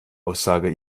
aussage